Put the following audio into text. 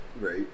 Right